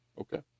Okay